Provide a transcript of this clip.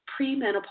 premenopausal